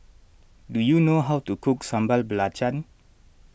do you know how to cook Sambal Belacan